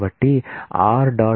కాబట్టి r